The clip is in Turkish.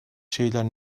şeyler